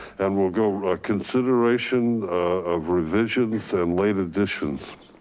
and we'll go consideration of revisions and late additions.